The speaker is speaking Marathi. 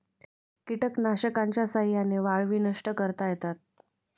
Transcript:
कीटकनाशकांच्या साह्याने वाळवी नष्ट करता येतात